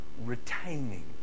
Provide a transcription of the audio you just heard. retaining